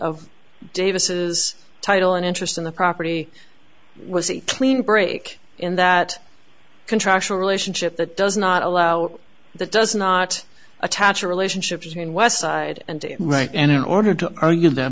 of davis's title and interest in the property was a clean break in that contractual relationship that does not allow that does not attach a relationship between west side and right and in order to ar